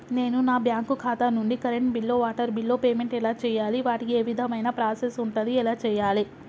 నేను నా బ్యాంకు ఖాతా నుంచి కరెంట్ బిల్లో వాటర్ బిల్లో పేమెంట్ ఎలా చేయాలి? వాటికి ఏ విధమైన ప్రాసెస్ ఉంటది? ఎలా చేయాలే?